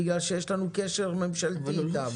בגלל שיש לנו קשר ממשלתי איתם,